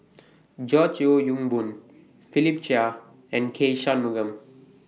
George Yeo Yong Boon Philip Chia and K Shanmugam